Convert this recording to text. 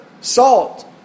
salt